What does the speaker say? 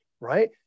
right